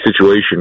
situation